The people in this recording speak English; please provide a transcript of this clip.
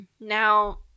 Now